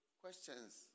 questions